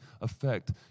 affect